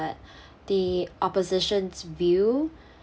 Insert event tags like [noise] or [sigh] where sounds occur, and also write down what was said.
that [breath] the opposition's view